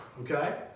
okay